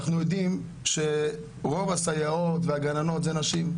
אנחנו יודעים שרוב הסייעות והגננות אלו נשים,